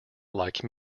like